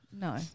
No